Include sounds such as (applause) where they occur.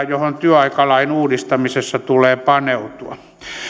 (unintelligible) johon työaikalain uudistamisessa tulee paneutua